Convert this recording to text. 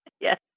Yes